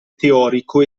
teorico